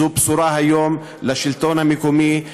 זו בשורה היום לשלטון המקומי,